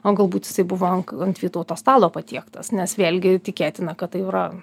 o galbūt jisai buvo ank ant vytauto stalo patiektas nes vėlgi tikėtina kad tai yra